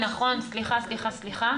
לכן אפשר גם להוריד את היחס לאחד לעשר,